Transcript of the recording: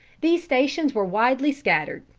these stations were widely scattered,